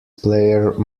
player